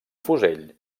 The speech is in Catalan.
fusell